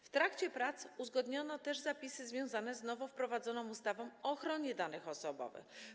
W trakcie prac uzgodniono też zapisy związane z nowo wprowadzoną ustawą o ochronie danych osobowych.